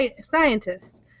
scientists